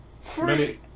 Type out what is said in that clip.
free